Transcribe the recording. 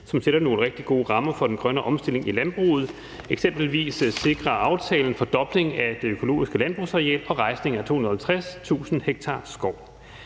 som sætter nogle rigtig gode rammer for den grønne omstilling i landbruget; eksempelvis sikrer aftalen en fordobling af det økologiske landbrugsareal og rejsning af 250.000 ha skov.